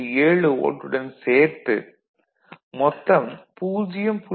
7 volt டுடன் சேர்ந்து மொத்தம் 0